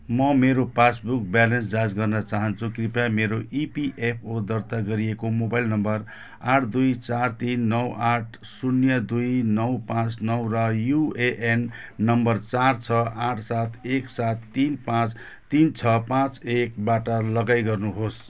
म मेरो passbook balance जाँच गर्न चाहन्छु कृपया मेरो इपिएफओ दर्ता गरिएको मोबाइल नम्बर आठ दुई चार तिन नौ आठ शून्य दुई नौ पाँच नौ र युएएन नम्बर चार छ आठ सात एक सात तिन पाँच तिन छ पाँच एकबाट लगाइ गर्नुहोस्